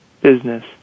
business